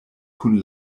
kun